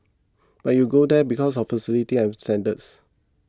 but you go there because of facilities and standards